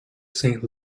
saint